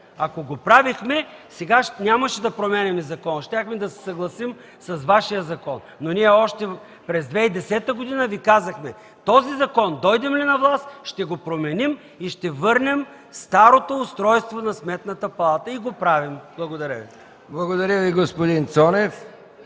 Ако го правехме, сега нямаше да променяме закона, щяхме да се съгласим с Вашия закон, но ние още през 2010 г. Ви казахме: този закон, дойдем ли на власт, ще го променим и ще върнем старото устройство на Сметната палата. И го правим. Благодаря Ви. ПРЕДСЕДАТЕЛ МИХАИЛ МИКОВ: